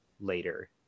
later